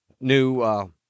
new